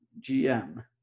GM